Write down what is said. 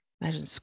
Imagine